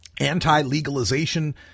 anti-legalization